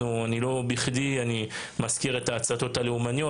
לא בכדי אני מזכיר את ההצתות על רקע לאומני,